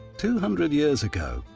two hundred years ago,